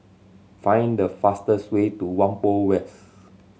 find the fastest way to Whampoa West